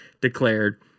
declared